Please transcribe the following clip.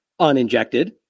uninjected